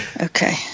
Okay